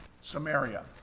Samaria